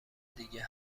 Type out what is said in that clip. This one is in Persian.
دیگه